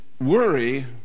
Worry